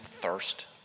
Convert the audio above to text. thirst